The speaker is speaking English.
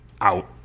out